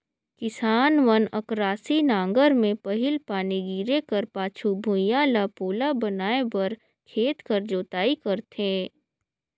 किसान मन अकरासी नांगर मे पहिल पानी गिरे कर पाछू भुईया ल पोला बनाए बर खेत कर जोताई करथे